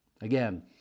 again